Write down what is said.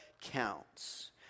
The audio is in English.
Counts